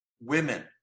women